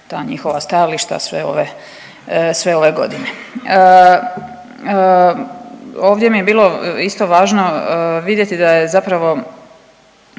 ta njihova stajališta sve ove, sve ove godine. Ovdje mi je bilo isto važno vidjeti da je zapravo